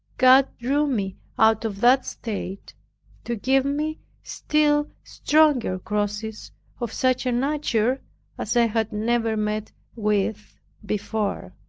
god drew me out of that state to give me still stronger crosses of such a nature as i had never met with before.